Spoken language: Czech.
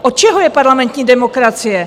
Od čeho je parlamentní demokracie?